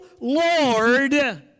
Lord